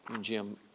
Jim